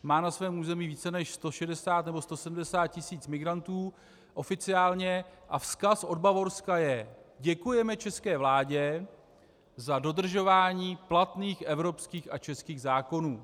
Má na svém území více než 160 tisíc, nebo 170 tisíc migrantů oficiálně, a vzkaz od Bavorska je: Děkujeme české vládě za dodržování platných evropských a českých zákonů.